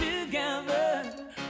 together